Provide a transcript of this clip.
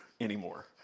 anymore